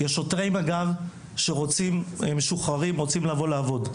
יש שוטרי מג"ב משוחררים שרוצים לעבוד.